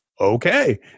Okay